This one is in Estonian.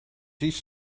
siis